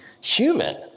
human